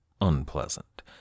unpleasant